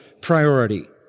priority